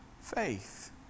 faith